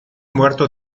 muerto